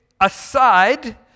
aside